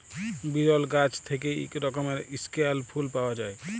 বিরল গাহাচ থ্যাইকে ইক রকমের ইস্কেয়াল ফুল পাউয়া যায়